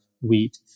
wheat